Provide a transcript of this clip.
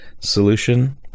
solution